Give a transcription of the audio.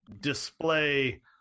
display